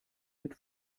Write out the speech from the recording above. mit